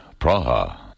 Praha